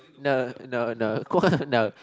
no no no Guang no